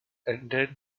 ended